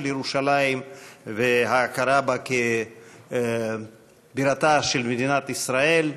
ירושלים וההכרה בה כבירתה של מדינת ישראל.